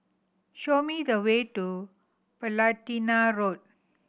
show me the way to Platina Road